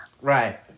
Right